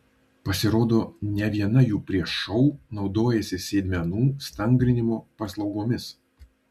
pasirodo ne viena jų prieš šou naudojasi sėdmenų stangrinimo paslaugomis